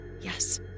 Yes